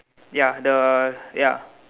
ya the ya